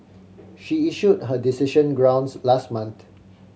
she issued her decision grounds last month